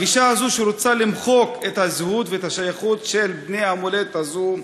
הגישה הזאת שרוצה למחוק את הזהות ואת השייכות של בני המולדת הזאת,